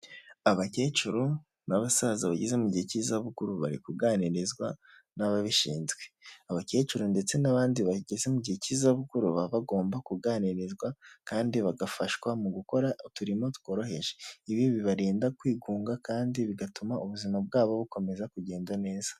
Abakecuru n'abasaza bageze mu gihe cy'izabukuru bari kuganirizwa n'ababishinzwe. Abakecuru ndetse n'abandi bageze mu gihe cy'izabukuruba baba bagomba kuganirizwa kandi bagafashwa mu gukora uturimo tworoheje. Ibi bibarinda kwigunga kandi bigatuma ubuzima bwabo bukomeza kugenda neza.